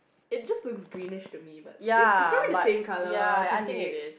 it just looks greenish to me but it's it's probably the same colour T_B_H